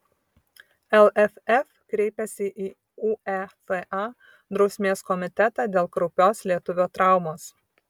lff kreipėsi į uefa drausmės komitetą dėl kraupios lietuvio traumos